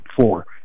four